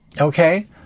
Okay